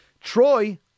Troy